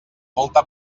molta